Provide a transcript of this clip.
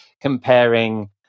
comparing –